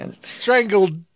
strangled